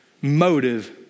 motive